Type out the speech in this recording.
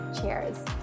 Cheers